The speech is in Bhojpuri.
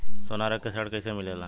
सोना रख के ऋण कैसे मिलेला?